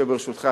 ברשותך,